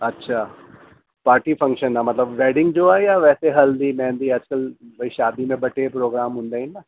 अच्छा party function आहे मतिलब वेडिंग जो आहे या वैसे हल्दी मेहंदी अॼकल्ह भई शादी में ॿ टे प्रोग्राम हूंदा आहिनि न